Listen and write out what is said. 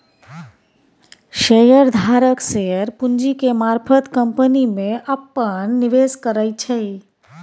share धारक share पूंजी के मारफत कंपनी में अप्पन निवेश करै छै